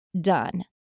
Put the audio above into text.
done